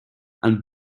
and